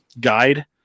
guide